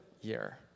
year